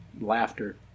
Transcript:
laughter